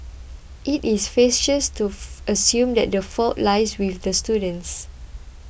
it is facetious to assume that the fault lies with the students